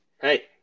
Hey